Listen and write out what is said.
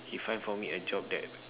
he find for me a job that